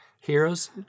Heroes